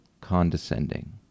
condescending